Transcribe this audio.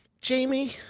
Jamie